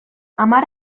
hamar